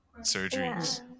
surgeries